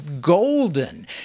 Golden